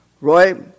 Roy